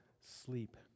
sleep